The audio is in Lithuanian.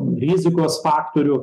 rizikos faktorių